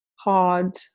hard